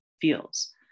feels